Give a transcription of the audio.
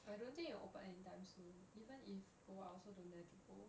I don't think it will open anytime soon even if go I also don't dare to go